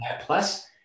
Plus